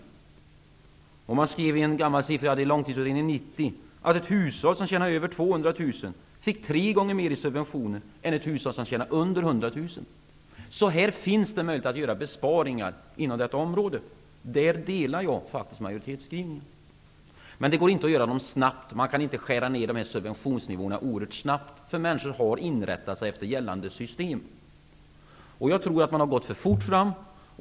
Enligt Långtidsutredningen från 1990 fick ett hushåll som tjänade över 200 000 kr tre gånger mer i subventioner än ett hushåll som tjänade under 100 000 kr. Det finns möjligheter att göra besparingar inom detta område. Här delar jag synpunkterna i majoritetsskrivningen. Men det går inte att göra förändringar snabbt. Man kan inte skära ner subventionsnivåerna snabbt, eftersom människor har inrättat sig efter gällande system. Jag tror att man har gått för fort fram.